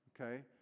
Okay